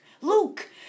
Luke